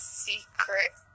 secret